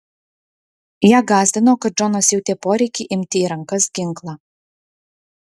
ją gąsdino kad džonas jautė poreikį imti į rankas ginklą